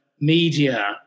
media